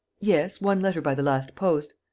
yes, one letter by the last post.